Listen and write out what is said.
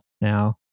now